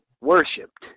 worshipped